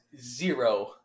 zero